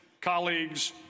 colleagues